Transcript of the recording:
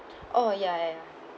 oh ya ya ya